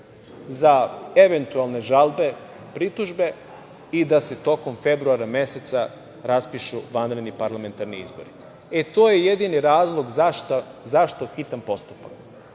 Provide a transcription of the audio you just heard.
za eventualne žalbe i pritužbe, i da se tokom februara meseca raspišu vanredni parlamentarni izbori. To je jedini razlog zašto hitan postupak.